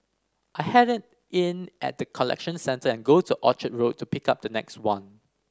I hand it in at the collection centre and go to Orchard Road to pick up the next one